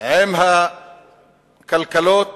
עם הכלכלות